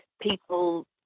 people